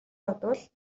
бодвол